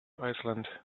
iceland